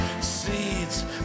Seeds